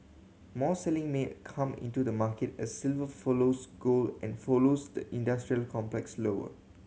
more selling may come into the market as silver follows gold and follows the industrial complex lower